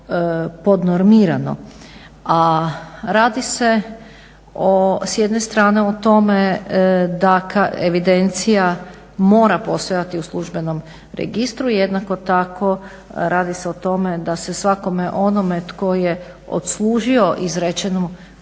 A radi se o s jedne strane o tome da evidencija mora postojati u službenom registru. Jednako tako radi se o tome da se svakome onome tko je odslužio izrečenu kaznu